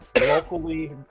locally